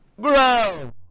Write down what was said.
Grow